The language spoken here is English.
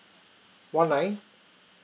one nine